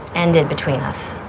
ended between us.